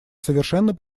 совершенно